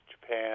Japan